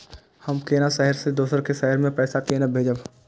हम केना शहर से दोसर के शहर मैं पैसा केना भेजव?